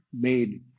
made